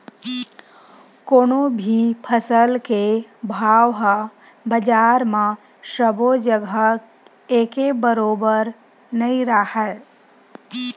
कोनो भी फसल के भाव ह बजार म सबो जघा एके बरोबर नइ राहय